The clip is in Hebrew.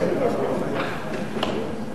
לומדים.